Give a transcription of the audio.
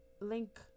link